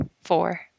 four